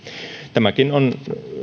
tämäkin on